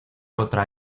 otra